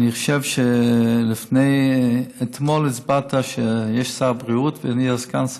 אני חושב שאתמול הסברת שיש שר בריאות ואני הסגן,